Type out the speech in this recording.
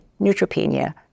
neutropenia